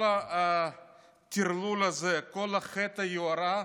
כל הטרלול הזה, כל חטא היוהרה,